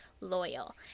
loyal